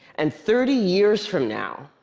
and thirty years from now,